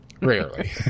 Rarely